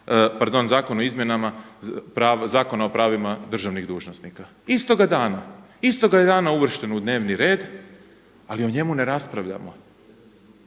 pardon, Zakon o izmjenama Zakona o pravima državnih dužnosnika, istoga dana. Istoga je dana uvršten u dnevni red ali o njemu ne raspravljamo.